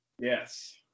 Yes